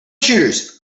shooters